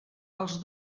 els